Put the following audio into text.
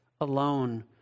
alone